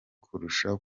kurusha